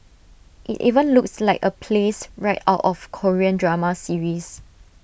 IT even looks like A place right out of Korean drama series